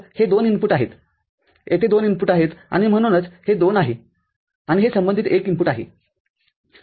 तर हे २ इनपुटआहेत येथे २ इनपुटआहेत आणि म्हणूनच हे २ आहे आणि हे संबंधित १ इनपुटआहे